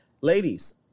Ladies